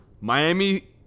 Miami